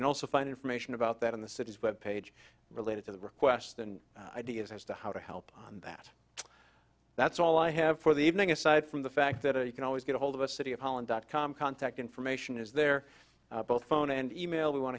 can also find information about that in the cities web page related to the request and ideas as to how to help on that that's all i have for the evening aside from the fact that you can always get a hold of a city of holland dot com contact information is there both phone and email we want